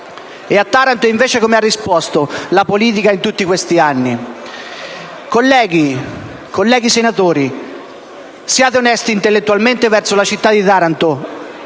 A Taranto, invece, come ha risposto la politica in tutti questi anni? Colleghi senatori, siate onesti intellettualmente verso la città di Taranto,